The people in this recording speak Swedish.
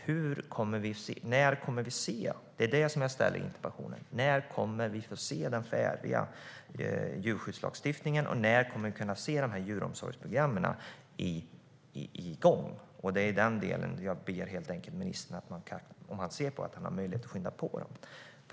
Frågan jag ställer i interpellationen är när vi kan få se den färdiga djurlagstiftningen och när vi kan få se djuromsorgsprogrammen igång. Det är den delen jag helt enkelt ber ministern att se över om han har möjlighet att skynda på.